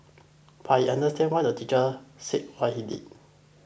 but she understands why the teacher said what he did